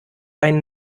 ein